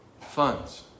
funds